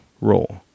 role